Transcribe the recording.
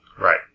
Right